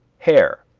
hair.